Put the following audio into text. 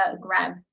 grab